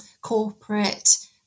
corporate